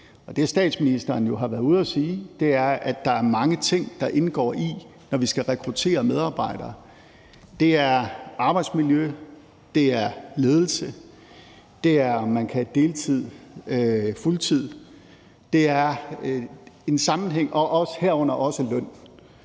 Det, statsministeren jo har været ude at sige, er, at der er mange ting, der indgår i det, når vi skal rekruttere medarbejdere. Det er arbejdsmiljø; det er ledelse; det er, om man kan være på deltid eller fuldtid. Det er en sammenhæng, herunder også løn.